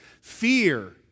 Fear